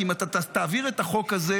כי אם אתה תעביר את החוק הזה,